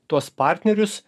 tuos partnerius